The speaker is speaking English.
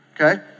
Okay